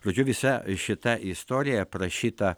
žodžiu visa šita istorija aprašyta